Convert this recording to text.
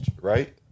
right